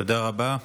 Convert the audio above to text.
תודה רבה.